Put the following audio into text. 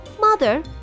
mother